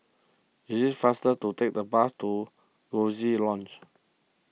it is faster to take the bus to Coziee Lodge